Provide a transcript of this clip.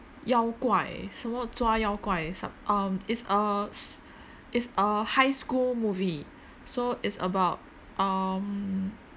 妖怪什么抓妖怪 some um it's a s~ it's a high school movie so it's about um